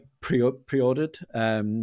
pre-ordered